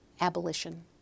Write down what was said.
Abolition